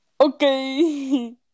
Okay